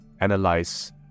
analyze